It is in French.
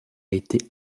été